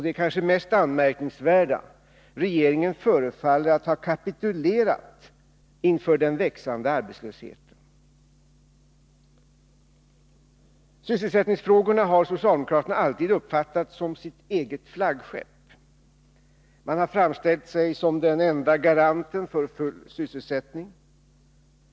Det kanske mest anmärkningsvärda är att regeringen förefaller ha kapitulerat inför den växande arbetslösheten. Sysselsättningsfrågorna har socialdemokraterna alltid uppfattat som sitt eget flaggskepp. Man har framställt sig som den enda garanten för full sysselsättning.